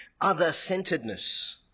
other-centeredness